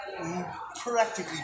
practically